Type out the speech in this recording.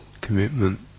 commitment